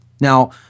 now